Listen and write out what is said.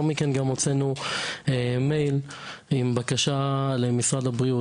מכן גם הוצאנו מייל עם בקשה למשרד הבריאות.